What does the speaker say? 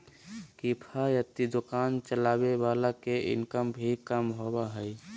किफायती दुकान चलावे वाला के इनकम भी कम होबा हइ